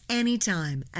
anytime